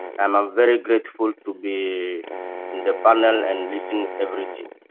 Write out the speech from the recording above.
am ah very grateful to be in the panel, and listening everything.